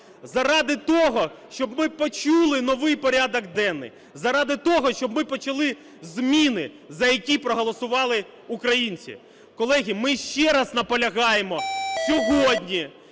заради того, щоб ми почули новий порядок денний, заради того, щоб ми почали зміни, за які проголосували українці. Колеги, ми ще раз наполягаємо, сьогодні